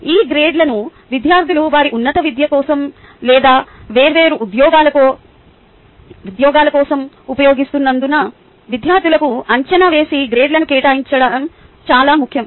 ఈ గ్రేడ్లను విద్యార్థులు వారి ఉన్నత విద్య కోసం లేదా వేర్వేరు ఉద్యోగాల కోసం ఉపయోగిస్తున్నందున విద్యార్థులకు అంచనా వేసి గ్రేడ్లను కేటాయించడం చాలా ముఖ్యం